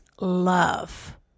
love